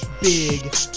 big